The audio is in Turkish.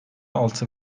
altı